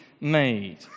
made